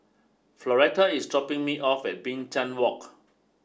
Floretta is dropping me off at Binchang Walk